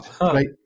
Right